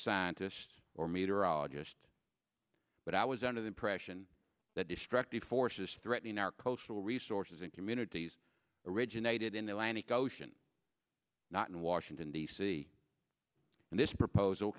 scientist or meteorologist but i was under the impression that destructive forces threatening our cultural resources in communities originated in the land of goshen not in washington d c and this proposal